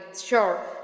sure